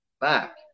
back